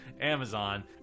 Amazon